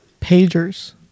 Pagers